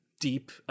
Deep